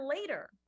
later